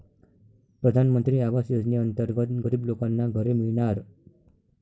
प्रधानमंत्री आवास योजनेअंतर्गत गरीब लोकांना घरे मिळणार